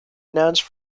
announced